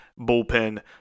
bullpen